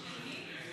מי?